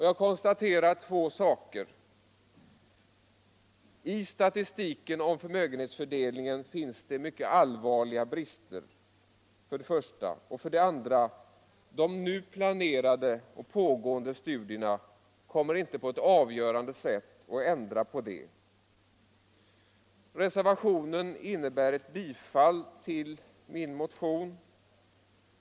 Jag konstaterar två saker: För det första finns det mycket allvarliga brister i statistiken om förmögenhetsfördelningen. För det andra kommer = Nr 148 de nu planerade eller pågående studierna inte på ett avgörande sätt att ändra på det. Reservationen innebär ett bifall till motionen.